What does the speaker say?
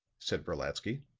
said brolatsky.